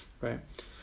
right